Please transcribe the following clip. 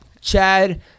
Chad